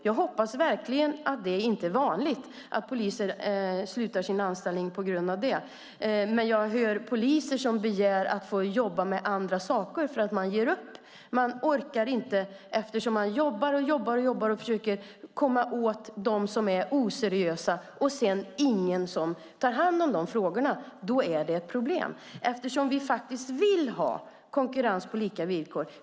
Jag hoppas verkligen att det inte är vanligt att poliser slutar sin anställning av den anledningen. Men jag hör att poliser begär att få jobba med andra saker därför att de ger upp. De orkar inte eftersom de jobbar och jobbar och försöker komma åt dem som är oseriösa men ingen tar hand om de frågorna. Då är det ett problem. Vi vill faktiskt ha konkurrens på lika villkor.